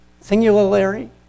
singularly